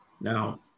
Now